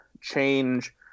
change